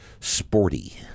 sporty